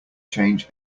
change